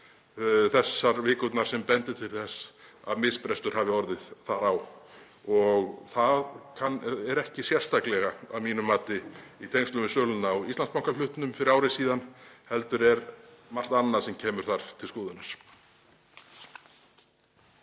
þessar vikurnar sem bendir til þess að misbrestur hafi orðið þar á. Það er ekki sérstaklega, að mínu mati, í tengslum við söluna á Íslandsbankahlutnum fyrir ári síðan heldur er margt annað sem kemur þar til skoðunar.